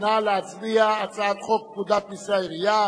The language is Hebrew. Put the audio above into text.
להעביר את הצעת חוק לתיקון פקודת מסי העירייה